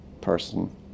person